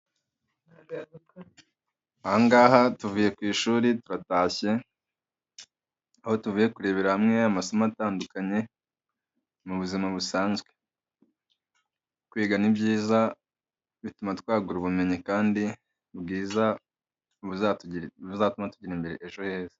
Aha ngaha tuvuye ku ishuri turatashye, aho tuvuye kurebera hamwe amasomo atandukanye mu buzima busanzwe, kwiga ni byiza bituma twagura ubumenyi, kandi bwiza buzatuma tugira ejo heza.